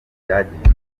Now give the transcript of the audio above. byagenze